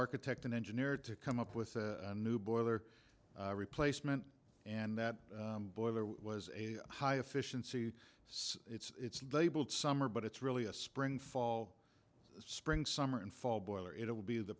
architect and engineer to come up with a new boiler replacement and that boiler was a high efficiency so it's labeled summer but it's really a spring fall spring summer and fall boiler it will be the